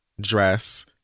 dress